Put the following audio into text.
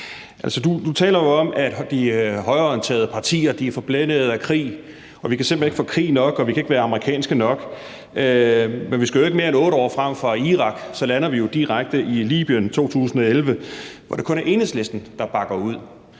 Du taler jo om, at de højreorienterede partier er forblændet af krig, at vi simpelt hen ikke kan få krig nok, og at vi ikke kan være amerikanske nok, men vi skal jo ikke mere end 8 år frem siden starten på krigen i Irak, og så lander vi direkte i Libyen i 2011, hvor det kun er Enhedslisten, der bakker ud,